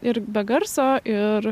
ir be garso ir